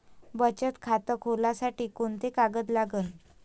बचत खात खोलासाठी कोंते कागद लागन?